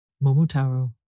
Momotaro